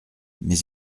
mais